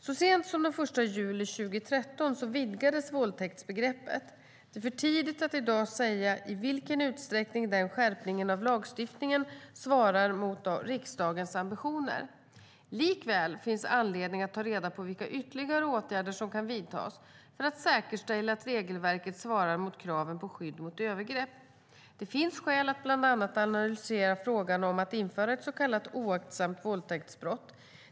Så sent som den 1 juli 2013 vidgades våldtäktsbegreppet. Det är för tidigt att i dag säga i vilken utsträckning denna skärpning av lagstiftningen svarar mot riksdagens ambitioner. Likväl finns anledning att ta reda på vilka ytterligare åtgärder som kan vidtas för att säkerställa att regelverket svarar mot kraven på skydd mot övergrepp. Det finns skäl att bland annat analysera frågan om att införa ett så kallat oaktsamt våldtäktsbrott.